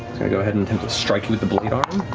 go ahead and attempt to strike you with the blade arm.